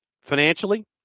financially